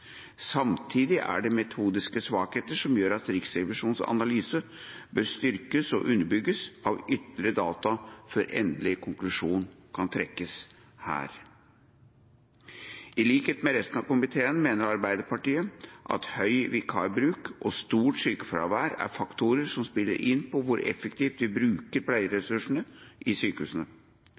Samtidig er det metodiske svakheter som gjør at Riksrevisjonens analyse bør styrkes og underbygges av ytterligere data før endelig konklusjon kan trekkes. I likhet med resten av komiteen mener Arbeiderpartiet at høy vikarbruk og stort sykefravær er faktorer som spiller inn på hvor effektivt vi bruker pleieressursene i sykehusene.